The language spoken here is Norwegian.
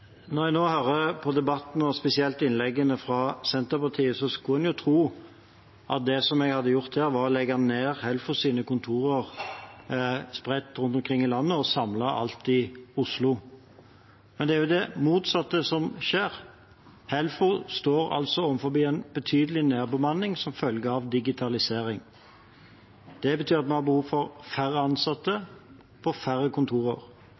Når jeg nå hører på debatten og spesielt innleggene fra Senterpartiet, skulle man tro at det jeg har gjort, er å legge ned Helfos kontorer rundt omkring i landet og samlet dem i Oslo. Det er det motsatte som skjer. Helfo står overfor en betydelig nedbemanning som følge av digitalisering. Det betyr at vi har behov for færre ansatte og færre kontorer.